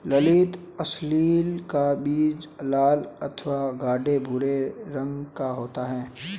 ललीत अलसी का बीज लाल अथवा गाढ़े भूरे रंग का होता है